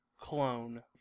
clone